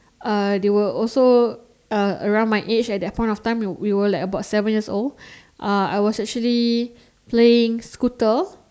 uh they were also uh around my age at that point of time we were like about seven years old uh I was actually playing scooter